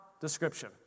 description